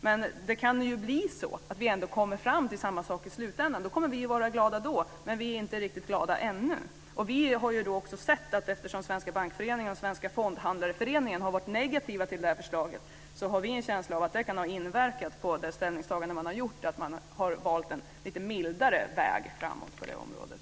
Men det kan ju bli så att vi ändå kommer fram till samma sak i slutändan. Då kommer vi att vara glada då, men vi är inte riktigt glada ännu. Fondhandlareföreningen har varit negativa till det här förslaget har vi en känsla av att det kan ha inverkat på det ställningstagande man har gjort, att man har valt en lite mildare väg framåt på det området.